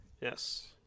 yes